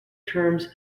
terms